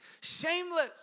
Shameless